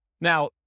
now